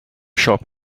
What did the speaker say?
shop